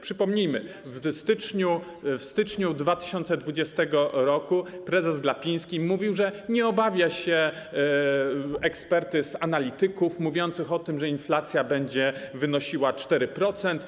Przypomnijmy, w styczniu 2020 r. prezes Glapiński mówił, że nie obawia się ekspertyz analityków mówiących o tym, że inflacja będzie wynosiła 4%.